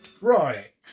Right